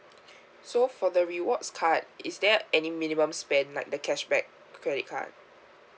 so for the rewards card is there any minimum spend like the cashback credit card